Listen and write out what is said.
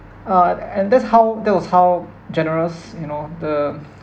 uh and that's how that was how generous you know the